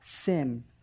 sin